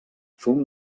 fum